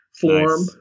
form